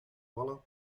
vallen